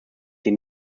die